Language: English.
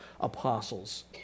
apostles